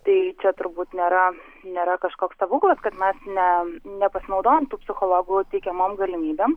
tai čia turbūt nėra nėra kažkoks stebuklas kad mes ne nepasinaudojam tų psichologų teikiamom galimybėm